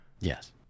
Yes